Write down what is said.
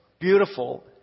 beautiful